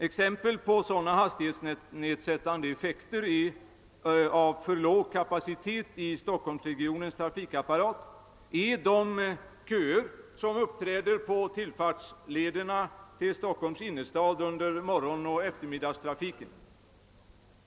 Exempel på sådana hastighetsnedsättande effekter på grund av för låg kapacitet i Stockholmsregionens trafikapparat är de köer som uppträder på tillfartslederna till Stockholms innerstad under morgonoch eftermiddagstrafiken.